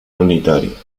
unitaria